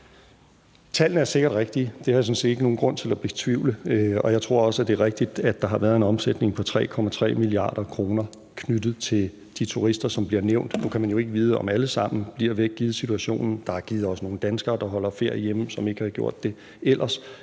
Tallene er sikkert rigtige. Det har jeg sådan set ikke nogen grund til at betvivle, og jeg tror også, at det er rigtigt, at der har været en omsætning på 3,3 mia. kr. knyttet til de turister, som bliver nævnt. Nu kan man jo ikke vide, om alle sammen bliver væk, givet situationen, der er givetvis også nogle danskere, der holder ferie hjemme, som ellers ikke havde gjort det.